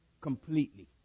completely